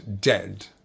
dead